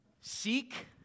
Seek